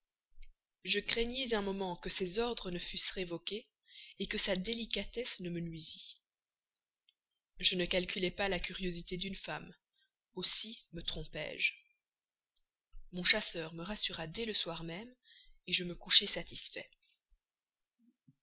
je craignis un moment que ses ordres ne fussent révoqués que sa délicatesse ne me nuisît je ne calculais pas la curiosité d'une femme aussi me trompais je mon chasseur me rassura dès le soir même je me couchai satisfait